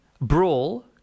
brawl